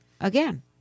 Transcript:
again